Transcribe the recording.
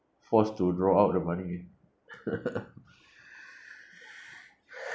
forced to draw out the money